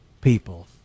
people